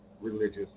Religious